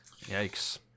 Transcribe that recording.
yikes